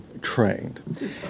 trained